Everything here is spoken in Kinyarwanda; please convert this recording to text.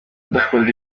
udakunda